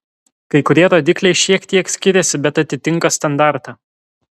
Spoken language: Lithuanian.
kai kurie rodikliai šiek tiek skiriasi bet atitinka standartą